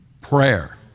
Prayer